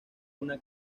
una